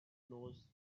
knows